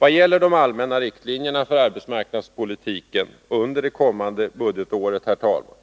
Vad gäller de allmänna riktlinjerna för arbetsmarknadspolitiken under det kommande budgetåret, herr talman,